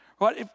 Right